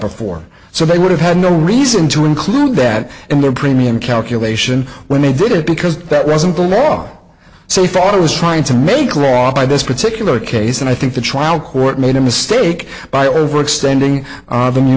before so they would have had no reason to include that in their premium calculation when they did it because that wasn't the law so we thought i was trying to make law by this particular case and i think the trial court made a mistake by overextending them you